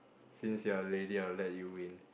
since you're a lady I'll let you win